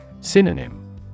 Synonym